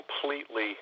completely